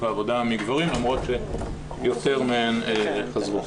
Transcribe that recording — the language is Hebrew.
העבודה מגברים למרות שיותר מהן חזרו.